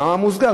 במאמר מוסגר,